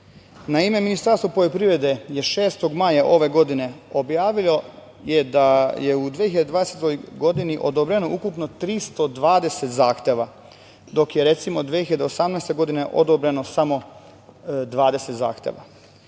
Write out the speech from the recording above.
Naime, Ministarstvo poljoprivrede je 6. maja ove godine objavilo je da je u 2020. godini odobreno ukupno 320 zahteva, dok je recimo 2018. godine odobreno samo 20 zahteva.